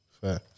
fair